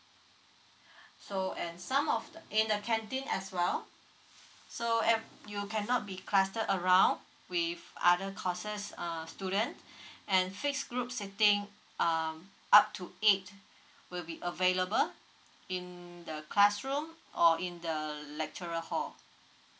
so and some of the in the canteen as well so a~ you cannot be clustered around with other courses uh student and fix groups sitting um up to eight will be available in the classroom or in the lecturer hall